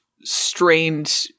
strained